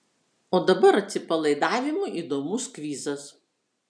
o dabar atsipalaidavimui įdomus kvizas